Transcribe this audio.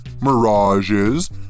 mirages